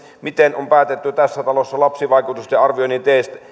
miten on päätetty tässä talossa lapsivaikutusten arvioinnin